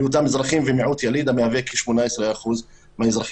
בהיותם אזרחים ומיעוט יליד המהווה כ-18% מהאזרחים.